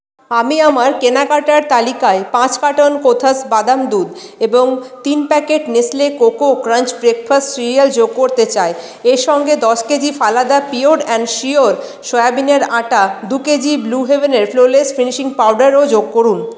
আমি আমার কেনাকাটার তালিকায় পাঁচ কার্টন কোথাস বাদাম দুধ পাঁচ এবং তিন packet Nestle cocoa crunch breakfast cereal যোগ করতে চাই এর সঙ্গে দশ কেজি ফালাদা পিয়োর অ্যান্ড শিয়োর সয়াবিনের আটা দু KG blue heaven flawless finishing powder ও যোগ করুন